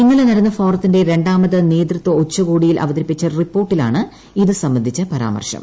ഇന്നലെ നടന്ന ഫോറത്തിന്റെ രണ്ടാമത് നേതൃത്വ ഉച്ചകോടിയിൽ അവതരിപ്പിച്ച റിപ്പോർട്ടിലാണ് ഇതുസംബന്ധിച്ച പരാമർശം